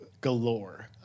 galore